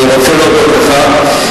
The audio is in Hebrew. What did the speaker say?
אני רוצה להודות לך.